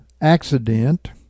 accident